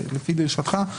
לפי דרישתך,